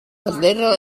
little